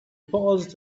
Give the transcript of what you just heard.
paused